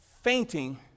fainting